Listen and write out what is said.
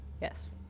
Yes